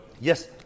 Yes